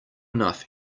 enough